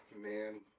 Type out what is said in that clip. man